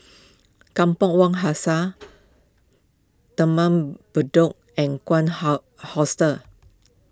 Kampong Wak Hassan Taman Bedok and Hostel